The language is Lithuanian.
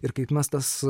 ir kaip mes tas